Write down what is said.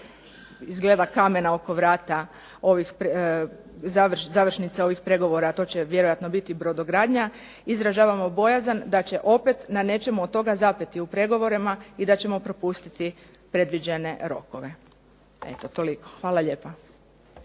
izgleda kamena oko vrata završnica ovih pregovora, a to će vjerojatno biti brodogradnja. Izražavamo bojazan da će opet na nečemu od toga zapeti u pregovorima i da ćemo propustiti predviđene rokove. Evo, toliko. Hvala lijepa.